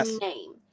name